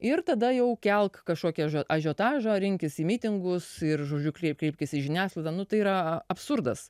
ir tada jau kelk kažkokį ažiotažą rinkis į mitingus ir žodžiu kreipkis į žiniasklaidą nu tai yra absurdas